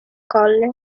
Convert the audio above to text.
colle